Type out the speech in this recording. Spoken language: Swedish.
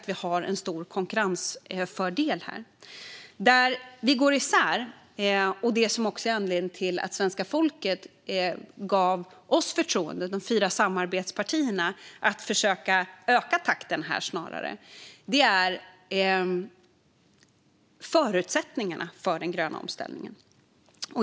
Vi har en stor konkurrensfördel här. Där vi går isär - det var också anledningen till att svenska folket gav oss, de fyra samarbetspartierna, förtroendet att försöka öka takten här - är när det gäller förutsättningarna för den gröna omställningen.